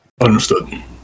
Understood